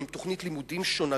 עם תוכנית לימודים שונה,